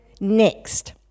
next